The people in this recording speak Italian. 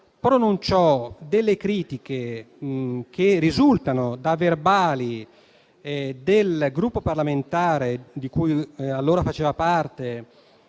pronunciò delle critiche, che risultano dai verbali del Gruppo parlamentare di cui allora faceva parte,